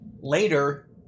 Later